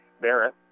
Barrett